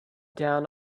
down